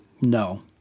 No